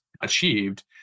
achieved